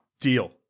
Deal